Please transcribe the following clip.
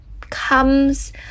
comes